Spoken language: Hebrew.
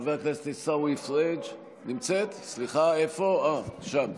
חבר הכנסת עיסאווי פריג' היא פה, היא פה.